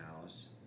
house